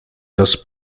los